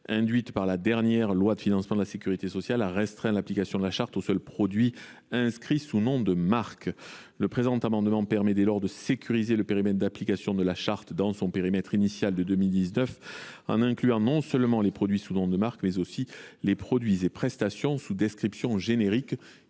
induites par la dernière loi de financement de la sécurité sociale, a restreint l’application de la charte aux seuls produits inscrits sous nom de marque. Le présent amendement vise, dès lors, à sécuriser le périmètre d’application de la charte dans son périmètre initial de 2019, en incluant non seulement les produits sous nom de marque, mais aussi les produits et prestations sous description générique,